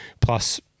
plus